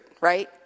right